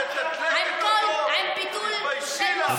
את